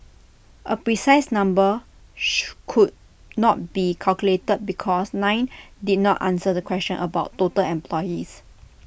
A precise number could not be calculated because nine did not answer the question about total employees